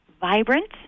vibrant